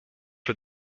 for